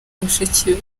bashiki